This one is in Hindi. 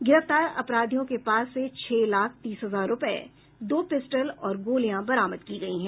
गिरफ्तार अपराधियों के पास से छह लाख तीस हजार रूपये दो पिस्टल और गोलियां बरामद की गयी हैं